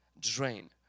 drain